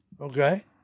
okay